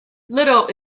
little